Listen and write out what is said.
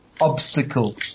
obstacle